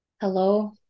hello